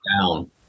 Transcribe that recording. down